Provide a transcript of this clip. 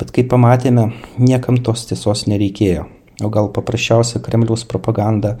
bet kaip pamatėme niekam tos tiesos nereikėjo o gal paprasčiausia kremliaus propaganda